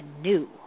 new